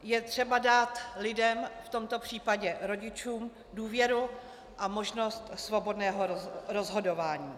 Je třeba dát lidem, v tomto případě rodičům, důvěru a možnost svobodného rozhodování.